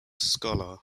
scholar